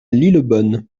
lillebonne